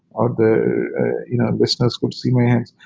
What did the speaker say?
or the business could see my hands.